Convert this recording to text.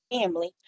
family